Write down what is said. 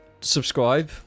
subscribe